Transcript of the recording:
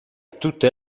tutte